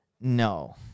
no